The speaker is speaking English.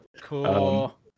Cool